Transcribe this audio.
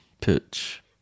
pitch